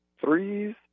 threes